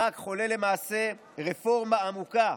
ברק חולל למעשה רפורמה עמוקה,